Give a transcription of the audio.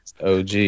OG